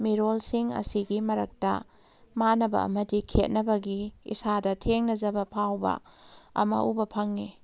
ꯃꯤꯔꯣꯜꯁꯤꯡ ꯑꯁꯤꯒꯤ ꯃꯔꯛꯇ ꯃꯥꯟꯅꯕ ꯑꯃꯗꯤ ꯈꯦꯠꯅꯕꯒꯤ ꯏꯁꯥꯗ ꯊꯦꯡꯅꯖꯕ ꯐꯥꯎꯕ ꯑꯃ ꯎꯕ ꯐꯪꯏ